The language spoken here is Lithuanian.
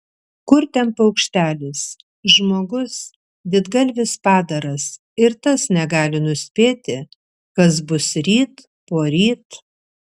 kur ten paukštelis žmogus didgalvis padaras ir tas negali nuspėti kas bus ryt poryt